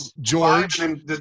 George